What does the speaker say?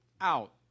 out